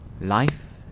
life